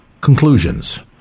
conclusions